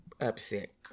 upset